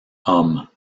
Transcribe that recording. hommes